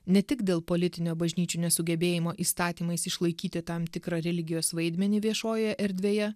ne tik dėl politinio bažnyčių nesugebėjimo įstatymais išlaikyti tam tikrą religijos vaidmenį viešojoje erdvėje